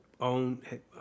own